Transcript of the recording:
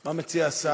מה מציע השר?